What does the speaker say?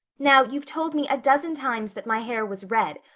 now, you've told me a dozen times that my hair was red,